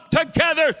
together